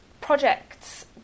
projects